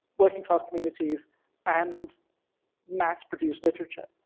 working class communities and mass produced literature.